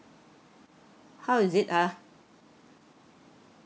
how is it ah